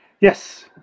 Yes